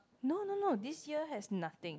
no no no this year has nothing